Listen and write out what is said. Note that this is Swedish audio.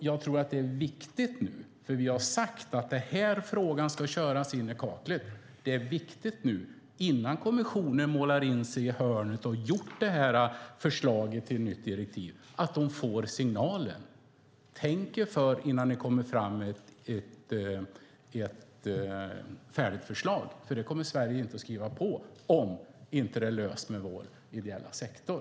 Jag tror att det är viktigt nu - för vi har sagt att den här frågan ska köras in i kaklet - innan kommissionen har gjort klart förslaget till nytt direktiv att de får signalen: Tänk er för innan ni kommer fram med ett färdigt förslag, för Sverige kommer inte att skriva på om det inte är löst för vår ideella sektor!